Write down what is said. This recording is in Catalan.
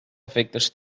efectes